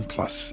Plus